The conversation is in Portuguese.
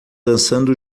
dançando